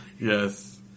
Yes